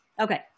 Okay